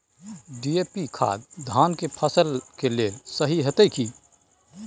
DAP खाद धान के फसल के लेल सही होतय की?